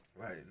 Right